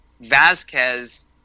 Vasquez